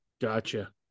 gotcha